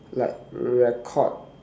like record